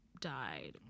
died